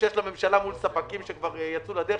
שיש לממשלה מול ספקים שכבר יצאו לדרך,